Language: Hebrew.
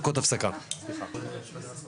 נפסקה בשעה